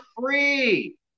free